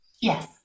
yes